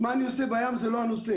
מה אני עושה בים זה לא הנושא.